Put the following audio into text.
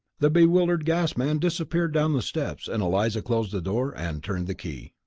the bewildered gas-man disappeared down the steps and eliza closed the door and turned the key.